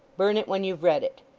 burn it when you've read it